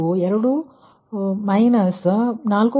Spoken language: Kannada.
ಆದ್ದರಿಂದ ಎರಡನೇ ಪುನರಾವರ್ತನೆಯ ನಂತರ 2 4